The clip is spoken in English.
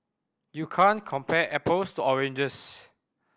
you can't compare apples to oranges